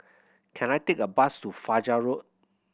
can I take a bus to Fajar Road